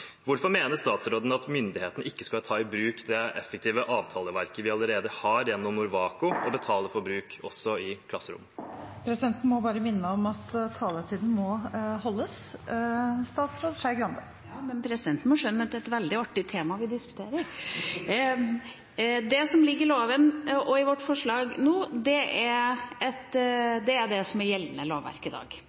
Hvorfor mener statsråden at myndighetene ikke skal ta i bruk det effektive avtaleverket vi allerede har gjennom Norwaco , og betale for bruk også i klasserommene? Presidenten må minne om at taletiden må holdes. Ja, men presidenten må skjønne at det er et veldig artig tema vi diskuterer. Det som ligger i loven og i vårt forslag nå, er det som er gjeldende lovverk i dag.